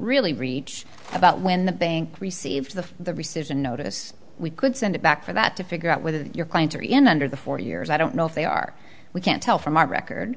really reach about when the bank received the the rescission notice we could send it back for that to figure out whether your clients are in under the four years i don't know if they are we can't tell from our record